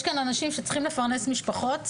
יש אנשים שצריכים לפרנס משפחות,